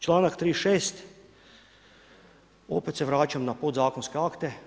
Članak 36. opet se vraćam na podzakonske akte.